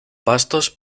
pastos